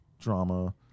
drama